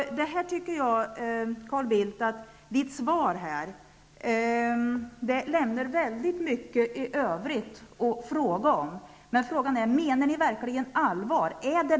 Jag anser att Carl Bildts svar väcker många frågor i övrigt. Menar ni verkligen allvar?